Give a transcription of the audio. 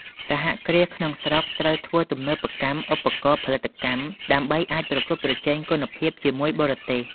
សហគ្រាសក្នុងស្រុកត្រូវធ្វើទំនើបកម្មឧបករណ៍ផលិតកម្ម ដើម្បីអាចប្រកួតប្រជែងគុណភាពជាមួយបរទេស។